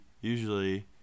usually